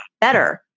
better